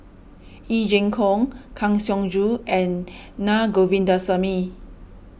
Yee Jenn Jong Kang Siong Joo and Na Govindasamy